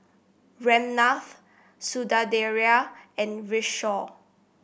Ramnath Sundaraiah and Kishore